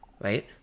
right